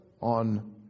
on